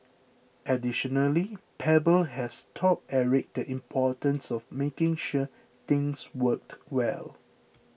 additionally Pebble has taught Eric the importance of making sure things worked well